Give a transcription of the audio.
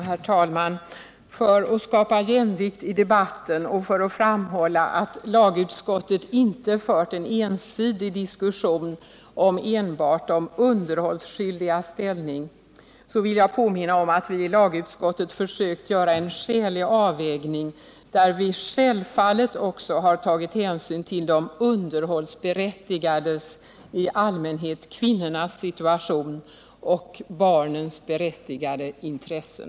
Herr talman! För att skapa jämvikt i debatten och för att framhålla att lagutskottet inte fört en ensidig diskussion om enbart de underhållsskyldigas 44 ställning vill jag påminna om att vi i lagutskottet försökt göra en skälig avvägning, där vi självfallet också har tagit hänsyn till de underhållsberättigades, i allmänhet kvinnornas, situation och barnens intressen.